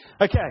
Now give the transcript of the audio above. Okay